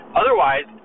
otherwise